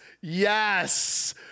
yes